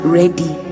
ready